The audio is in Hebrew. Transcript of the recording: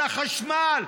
על החשמל,